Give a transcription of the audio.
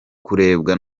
kurebwa